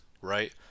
right